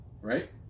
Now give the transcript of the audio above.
right